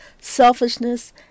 selfishness